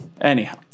Anyhow